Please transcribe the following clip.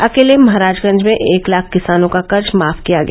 अकेले महराजगंज में एक लाख किसानों का कर्ज माफ किया गया